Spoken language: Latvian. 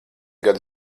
gadu